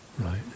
Right